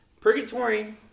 Purgatory